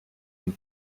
and